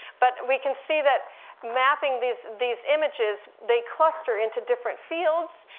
but we can see that mapping these these images, they cluster into different fields,